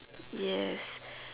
yes